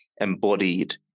embodied